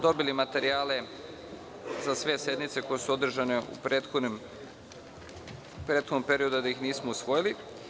Dobili ste materijale za sve sednice koje su održane u prethodnom periodu, a da ih nismo usvojili.